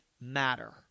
matter